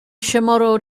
chamorro